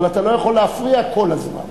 אבל אתה לא יכול להפריע כל הזמן.